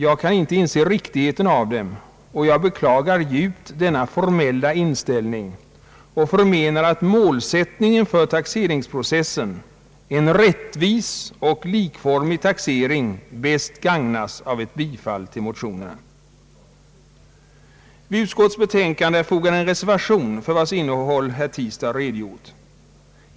Jag kan inte inse riktigheten av dem och jag beklagar djupt denna formella inställning och anser att målsättningen för taxeringsprocessen — en rättvis och likformig taxering — bäst gagnas av ett bifall till motionen. Till utskottets betänkande är fogad en reservation för vars innehåll herr Tistad redogjort.